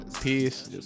Peace